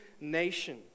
nation